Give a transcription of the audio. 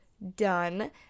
done